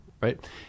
Right